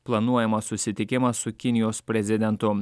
planuojamas susitikimas su kinijos prezidentu